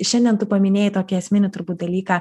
šiandien tu paminėjai tokį esminį turbūt dalyką